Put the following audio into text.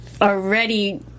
already